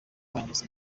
kwangiza